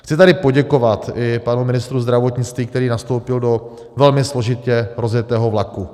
Chci tady poděkovat i panu ministru zdravotnictví, který nastoupil do velmi složitě rozjetého vlaku.